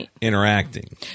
interacting